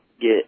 get